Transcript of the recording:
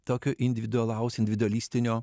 tokio individualaus individualistinio